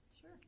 Sure